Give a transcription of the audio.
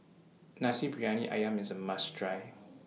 Nasi Briyani Ayam IS A must Try